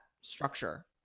structure